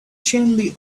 gently